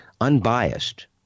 unbiased